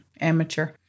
amateur